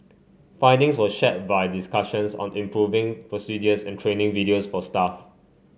findings were shared via discussions on improving procedures and training videos for staff